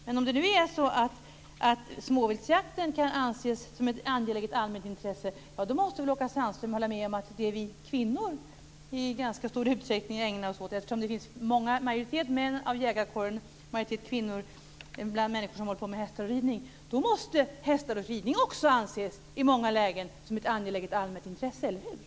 Men om småviltsjakten kan anses som ett angeläget allmänt intresse så måste väl Åke Sandström hålla med om det som vi kvinnor i ganska stor utsträckning ägnar oss åt - det finns en majoritet av män i jägarkåren och en majoritet av kvinnor bland människor som håller på med hästar och ridning - också i många lägen måste anses som ett angeläget allmänt intresse. Eller hur?